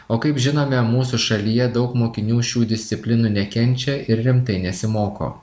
o kaip žinome mūsų šalyje daug mokinių šių disciplinų nekenčia ir rimtai nesimoko